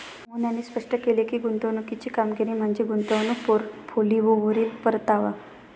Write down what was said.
मोहन यांनी स्पष्ट केले की, गुंतवणुकीची कामगिरी म्हणजे गुंतवणूक पोर्टफोलिओवरील परतावा